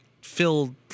filled